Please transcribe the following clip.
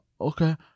Okay